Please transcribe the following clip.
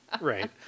Right